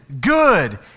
good